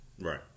Right